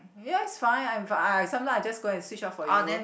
yes fine I'm fine sometimes I'll just go and switch off for you